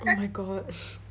oh my god